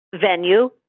venue